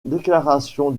déclaration